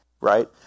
right